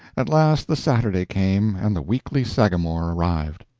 at last the saturday came, and the weekly sagamore arrived.